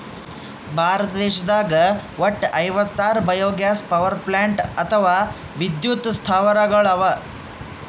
ಭಾರತ ದೇಶದಾಗ್ ವಟ್ಟ್ ಐವತ್ತಾರ್ ಬಯೊಗ್ಯಾಸ್ ಪವರ್ಪ್ಲಾಂಟ್ ಅಥವಾ ವಿದ್ಯುತ್ ಸ್ಥಾವರಗಳ್ ಅವಾ